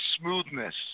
smoothness